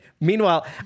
meanwhile